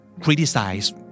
criticize